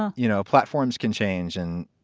um you know, platforms can change and,